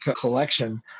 collection